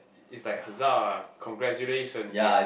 it it's like hazah congratulations you have